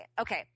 Okay